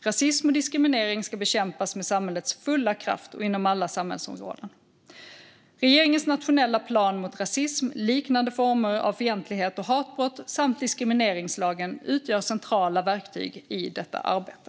Rasism och diskriminering ska bekämpas med samhällets fulla kraft och inom alla samhällsområden. Regeringens nationella plan mot rasism, liknande former av fientlighet och hatbrott samt diskrimineringslagen utgör centrala verktyg i detta arbete.